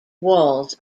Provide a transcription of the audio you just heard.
walls